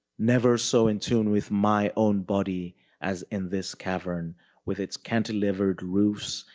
never so in tune with my own body as in this cavern with its cantilevered roofs,